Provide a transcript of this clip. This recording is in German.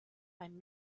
beim